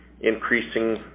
increasing